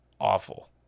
awful